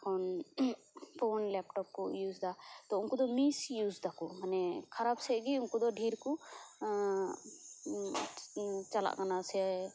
phone phone laptop ᱠᱚ use ᱮᱫᱟ ᱛᱚ ᱩᱱᱠᱩ ᱫᱚ ᱢᱤᱥ ᱤᱭᱩᱡᱽ ᱮᱫᱟ ᱠᱚ ᱢᱟᱱᱮ ᱠᱷᱟᱨᱟᱯ ᱥᱮᱡ ᱜᱮ ᱩᱱᱠᱩ ᱫᱚ ᱰᱷᱮᱨ ᱠᱚ ᱪᱟᱞᱟᱜ ᱠᱟᱱᱟ ᱥᱮ